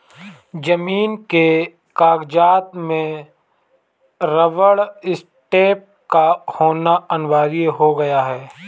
जमीन के कागजात में रबर स्टैंप का होना अनिवार्य हो गया है